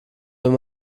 wenn